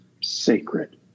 sacred